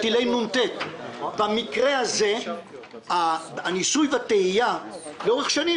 במקרה הזה הניסוי והטעייה לאורך שנים